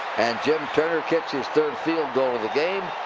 and jim turner kicks his third field goal of the game.